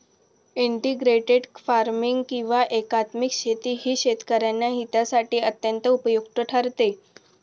integrated farming किंवा एकात्मिक शेती ही शेतकऱ्यांच्या हितासाठी अत्यंत उपयुक्त ठरते